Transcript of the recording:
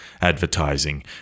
advertising